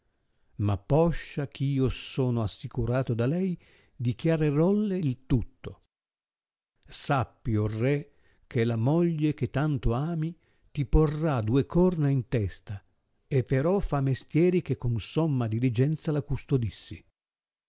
ma poscia eh io sono assicurato da lei dichiarerolle il tutto sappi o re che la moglie che tanto ami ti porrà due corna in testa e però fa mestieri che con somma diligenza la custodissi